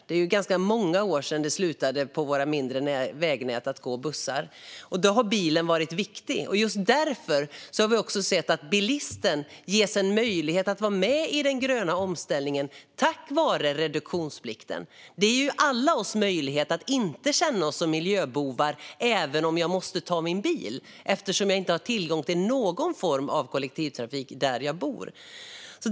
Det är ganska många år sedan det slutade gå bussar på våra mindre vägnät. Då har bilen varit viktig. Just därför har vi också sett till att bilisten ges en möjlighet att vara med i den gröna omställningen tack vare reduktionsplikten. Det ger oss alla möjlighet att inte känna oss som miljöbovar även om vi måste ta bilen om vi inte har tillgång till någon form av kollektivtrafik där vi bor.